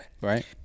Right